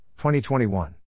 2021